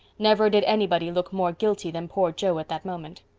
never did anybody look more guilty than poor joe at that moment.